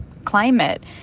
climate